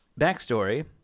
backstory